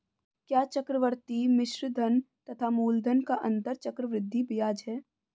क्या चक्रवर्ती मिश्रधन तथा मूलधन का अंतर चक्रवृद्धि ब्याज है?